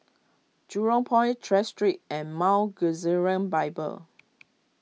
Jurong Port Tras Street and Mount Gerizim Bible